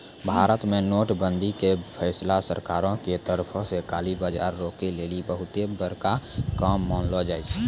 भारत मे नोट बंदी के फैसला सरकारो के तरफो से काला बजार रोकै लेली बहुते बड़का काम मानलो जाय छै